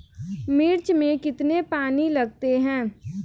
मिर्च में कितने पानी लगते हैं?